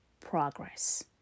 progress